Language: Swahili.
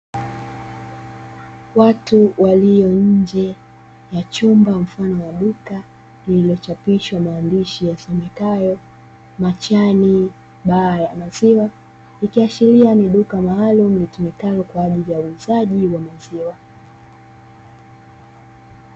Watu walio nje ya chumba mfano wa duka lililochapishwa maandishi yasomekayo "Machani baa ya maziwa" ikiashiria ni duka maalumu litumikalo kwa ajili ya uuzaji wa maziwa.